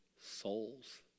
Souls